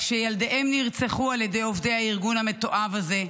שילדיהם נרצחו על ידי עובדי הארגון המתועב הזה,